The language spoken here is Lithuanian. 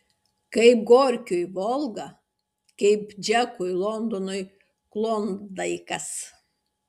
kaip gorkiui volga kaip džekui londonui klondaikas